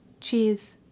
Cheers